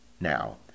Now